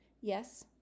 Yes